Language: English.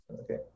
okay